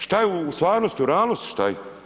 Šta je u stvarnosti, u realnosti šta je?